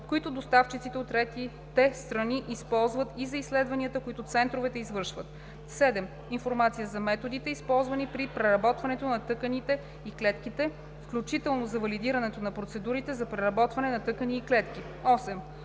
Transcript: които доставчиците от третите страни използват, и за изследванията, които центровете извършват; 7. информация за методите, използвани при преработването на тъканите и клетките, включително за валидирането на процедурите за преработване на тъкани и клетки; 8.